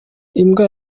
imbwa